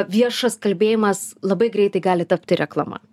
viešas kalbėjimas labai greitai gali tapti reklama